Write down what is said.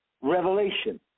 revelation